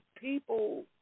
people